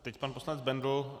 Teď pan poslanec Bendl.